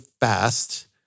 fast